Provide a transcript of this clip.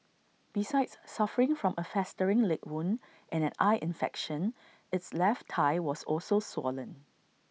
besides suffering from A festering leg wound and an eye infection its left thigh was also swollen